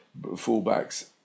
fullbacks